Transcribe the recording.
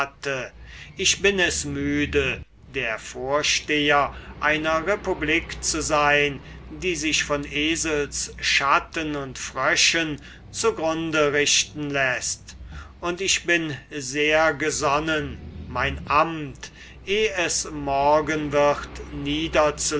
ich bin es müde der vorsteher einer republik zu sein die sich von eselsschatten und fröschen zu grunde richten läßt und ich bin sehr gesonnen mein amt eh es morgen wird niederzulegen